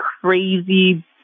crazy